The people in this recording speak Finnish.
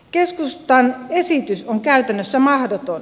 keskustan esitys on käytännössä mahdoton